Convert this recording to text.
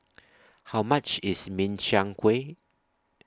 How much IS Min Chiang Kueh